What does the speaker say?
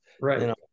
Right